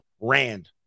Rand